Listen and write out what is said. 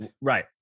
Right